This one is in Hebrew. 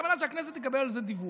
הכוונה שהכנסת תקבל על זה דיווח.